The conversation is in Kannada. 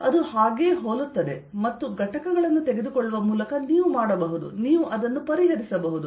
ಅದು ಹಾಗೆಯೇ ಹೋಲುತ್ತದೆ ಮತ್ತು ಘಟಕಗಳನ್ನು ತೆಗೆದುಕೊಳ್ಳುವ ಮೂಲಕ ನೀವು ಮಾಡಬಹುದು ನೀವು ಅದನ್ನು ಪರಿಹರಿಸಬಹುದು